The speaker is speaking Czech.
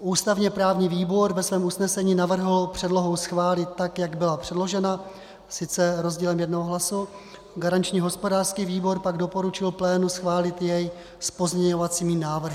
Ústavněprávní výbor ve svém usnesení navrhl předlohu schválit tak, jak byla předložena, sice rozdílem jednoho hlasu, garanční hospodářský výbor pak doporučil plénu schválit jej s pozměňovacími návrhy.